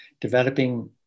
developing